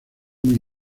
muy